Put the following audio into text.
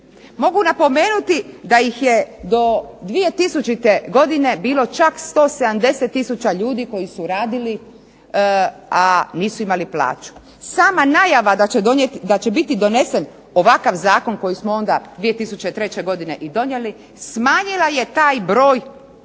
Mogu napomenuti da ih je do 2000. godine bilo čak 170 tisuća ljudi koji su radili a nisu imali plaću. Sama najava da će biti donesen ovakav zakon koji smo onda 2003. godine i donijeli smanjila je taj broj